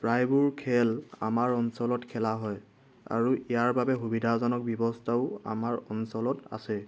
প্ৰায়বোৰ খেল আমাৰ অঞ্চলত খেলা হয় আৰু ইয়াৰ বাবে সুবিধাজনক ব্যৱস্থাও আমাৰ অঞ্চলত আছে